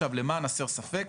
למען הסר ספק,